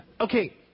Okay